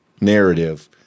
narrative